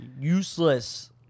Useless